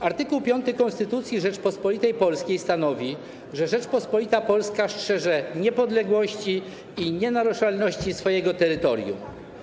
Art. 5 Konstytucji Rzeczypospolitej Polskiej stanowi, że Rzeczpospolita Polska strzeże niepodległości i nienaruszalności swojego terytorium.